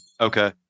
Okay